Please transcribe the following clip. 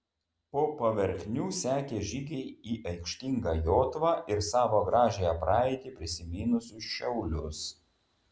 po paverknių sekė žygiai į aikštingą jotvą ir savo gražiąją praeitį prisiminusius šiaulius